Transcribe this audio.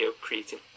creating